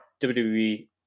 WWE